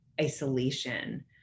isolation